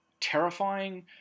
terrifying